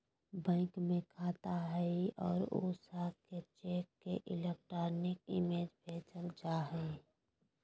bank में खाता हइ और उ शाखा के चेक के इलेक्ट्रॉनिक इमेज भेजल जा हइ